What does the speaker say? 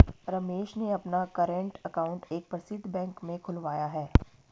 रमेश ने अपना current account एक प्रसिद्ध बैंक में खुलवाया है